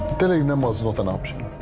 telling them was not an option,